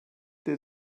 der